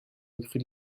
recrues